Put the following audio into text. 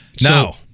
Now